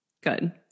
good